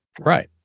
Right